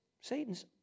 Satan's